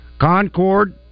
Concord